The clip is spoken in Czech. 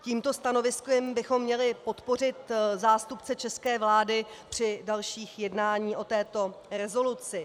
Tímto stanoviskem bychom měli podpořit zástupce české vlády při dalších jednáních o této rezoluci.